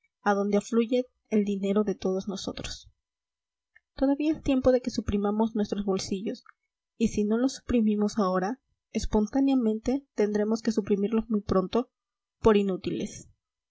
insondables adonde afluye el dinero de todos nosotros todavía es tiempo de que suprimamos nuestros bolsillos y si no los suprimimos ahora espontáneamente tendremos que suprimirlos muy pronto por inútiles